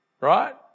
right